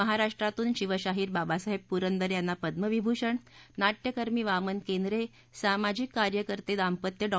महाराष्ट्रातून शिवशाहीर बाबासाहह्य पुरंदरव्रांना पद्यविभूषण नाट्यकर्मी वामन केंद्रे सामाजिक कार्यकर्ते दांपत्य डॉ